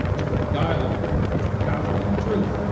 sorry, dialogue, is the pathway to truth